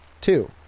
two